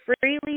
freely